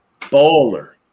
baller